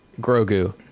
grogu